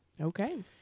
Okay